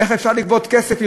איך אפשר לגבות כסף,